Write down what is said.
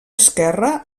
esquerra